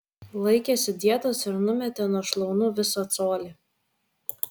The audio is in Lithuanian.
laikėsi dietos ir numetė nuo šlaunų visą colį